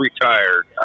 retired